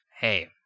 hey